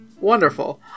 Wonderful